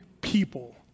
people